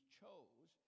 chose